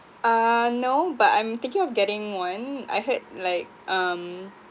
uh no but I'm thinking of getting one I heard like um